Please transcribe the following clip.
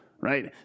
right